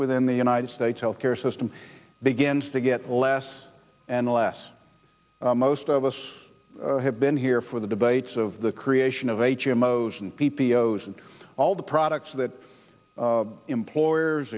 within the united states health care system begins to get less and less most of us have been here for the debates of the creation of h m o s and p p o s and all the products that employers